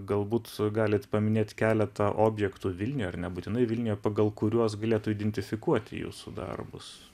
galbūt galit paminėt keletą objektų vilniuje ar nebūtinai vilniuje pagal kuriuos galėtų identifikuoti jūsų darbus